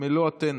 מלוא הטנא.